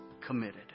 committed